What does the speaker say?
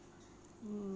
mm